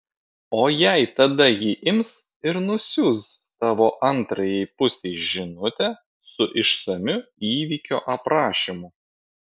o jei tada ji ims ir nusiųs tavo antrajai pusei žinutę su išsamiu įvykio aprašymu